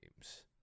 games